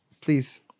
please